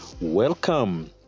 Welcome